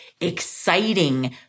exciting